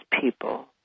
people